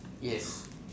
yes